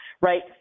right